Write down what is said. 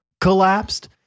collapsed